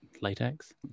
latex